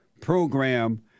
program